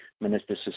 Minister